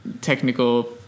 technical